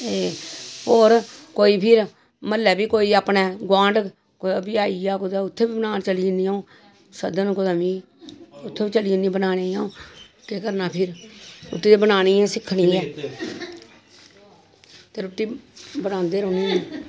होर कोई बी म्हल्लै बी अपने गोआंढ कोई आई जा ते उत्थें बी बनान जन्नी अं'ऊ सद्दन मिगी उत्थें बी चली जन्नी बनाने गी अं'ऊ केह् करना फ्ही रुट्टी बनानी गै ते सिक्खनै गी केह् ऐ ते रुट्टी बनांदे रौह्नी